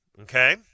okay